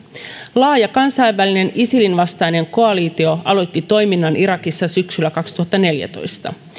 laaja kansainvälinen isilin vastainen koalitio aloitti toiminnan irakissa syksyllä kaksituhattaneljätoista